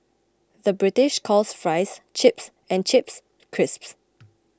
the British calls Fries Chips and Chips Crisps